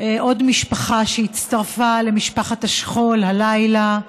עוד משפחה שהצטרפה למשפחת השכול הלילה,